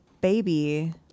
baby